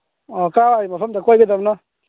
ꯑ ꯀꯥꯏꯋꯥꯏ ꯃꯐꯝꯗ ꯀꯣꯏꯒꯗꯕꯅꯣ